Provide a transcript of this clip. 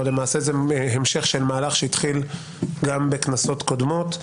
אבל למעשה זה המשך של מהלך שהתחיל גם בכנסות קודמות,